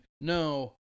no